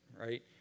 right